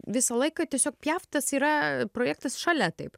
visą laiką tiesiog piaf tas yra projektas šalia taip